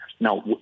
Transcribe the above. Now